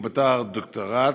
בתואר דוקטורט,